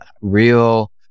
real